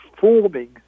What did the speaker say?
forming